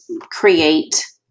create